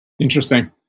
interesting